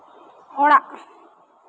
ᱚᱲᱟᱜ